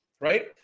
right